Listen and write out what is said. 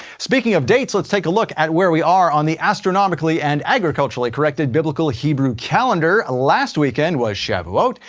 speaking of dates, let's take a look at where we are on the astronomically and agriculturally corrected biblical hebrew calendar. last weekend was yeah welcome